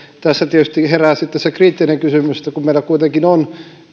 tässä tietysti herää sitten se kriittinen kysymys että kun meillä kuitenkin on